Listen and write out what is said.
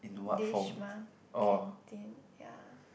dish mah canteen ya